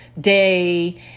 day